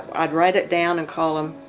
i'd write it down and call them.